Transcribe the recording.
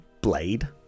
Blade